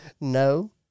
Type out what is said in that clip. no